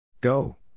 Go